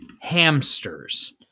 hamsters